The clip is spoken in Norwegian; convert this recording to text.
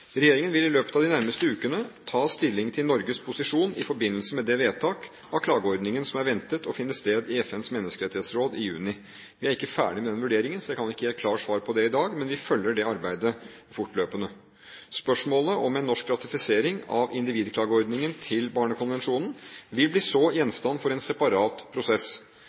Regjeringen vil i løpet av de nærmeste ukene ta stilling til Norges posisjon i forbindelse med det vedtak av klageordningen som er ventet å finne sted i FNs menneskerettighetsråd i juni. Vi er ikke ferdig med den vurderingen, så jeg kan ikke gi et klart svar på det i dag, men vi følger det arbeidet fortløpende. Spørsmålet om en norsk ratifisering av individklageordningen til Barnekonvensjonen vil så bli gjenstand for en separat prosess.